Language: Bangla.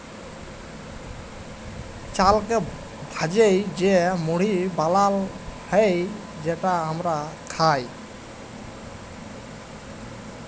চালকে ভ্যাইজে যে মুড়ি বালাল হ্যয় যেট আমরা খাই